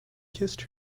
kissed